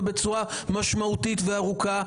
ובצורה משמעותית וארוכה,